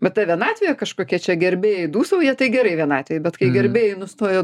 bet ta vienatvė kažkokia čia gerbėjai dūsauja tai gerai vienatvėj bet kai gerbėjai nustojo